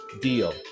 deal